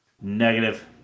Negative